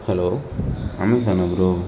hello அமேசானா bro